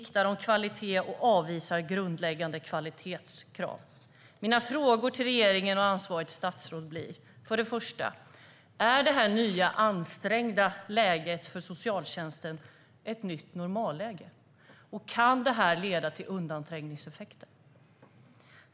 Kvaliteten sviktar, och man avvisar grundläggande kvalitetskrav. Jag har några frågor till regeringen och ansvarigt statsråd. För det första: Är det här nya ansträngda läget för socialtjänsten ett nytt normalläge, och kan det leda till undanträngningseffekter?